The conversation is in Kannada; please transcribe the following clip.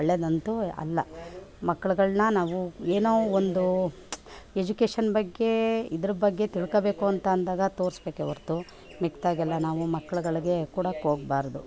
ಒಳ್ಳೇದಂತು ಅಲ್ಲ ಮಕ್ಕಳುಗಳ್ನ ನಾವು ಏನೋ ಒಂದು ಎಜುಕೇಶನ್ ಬಗ್ಗೆ ಇದ್ರ ಬಗ್ಗೆ ತಿಳ್ಕೊಳ್ಬೇಕು ಅಂತ ಅಂದಾಗ ತೋರಿಸ್ಬೇಕೆ ಹೊರತು ಮಿಕ್ಕಿದಾಗೆಲ್ಲ ನಾವು ಮಕ್ಕಳುಗಳಿಗೆ ಕೊಡೋಕೆ ಹೋಗಬಾರ್ದು